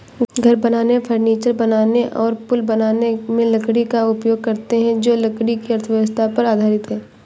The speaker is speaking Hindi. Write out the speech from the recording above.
घर बनाने, फर्नीचर बनाने और पुल बनाने में लकड़ी का उपयोग करते हैं जो लकड़ी की अर्थव्यवस्था पर आधारित है